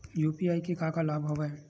UPI के का का लाभ हवय?